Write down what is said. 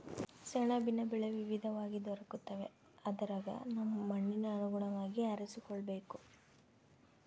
ಸೆಣಬಿನ ಬೆಳೆ ವಿವಿಧವಾಗಿ ದೊರಕುತ್ತವೆ ಅದರಗ ನಮ್ಮ ಮಣ್ಣಿಗೆ ಅನುಗುಣವಾಗಿ ಆರಿಸಿಕೊಳ್ಳಬೇಕು